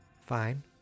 Fine